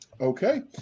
Okay